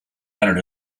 honored